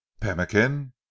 Pemmican